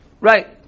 Right